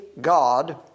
God